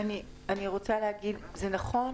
אני רוצה להגיד זה נכון,